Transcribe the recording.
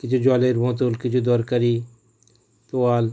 কিছু জলের বোতল কিছু দরকারি তোয়ালে